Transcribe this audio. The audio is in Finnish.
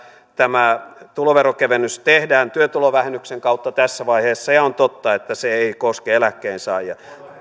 tämä tuloveron kevennys tehdään työtulovähennyksen kautta tässä vaiheessa ja on totta että se ei koske eläkkeensaajia